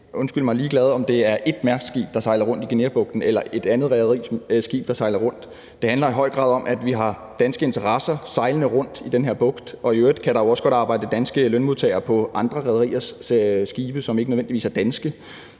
sådan set ligeglad med, om det er ét Mærskskib, der sejler rundt i Guineabugten, eller et andet rederis skib, der sejler rundt. Det handler i høj grad om, at vi har danske interesser sejlende rundt i den her bugt, og i øvrigt kan der jo også godt arbejde danske lønmodtagere på andre rederiers skibe, som ikke nødvendigvis er danske.